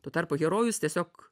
tuo tarpu herojus tiesiog